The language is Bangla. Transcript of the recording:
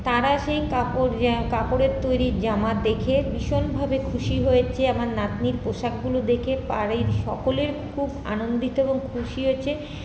তারা সেই কাপড় কাপড়ের তৈরি জামা দেখে ভীষণভাবে খুশি হয়েছে আমার নাতনির পোশাকগুলো দেখে তাদের সকলের খুব আনন্দিত এবং খুশি হয়েছে